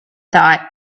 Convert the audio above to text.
thought